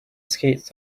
skates